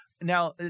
Now